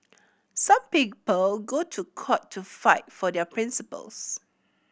some people go to court to fight for their principles